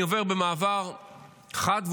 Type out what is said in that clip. אני עובר במעבר חד,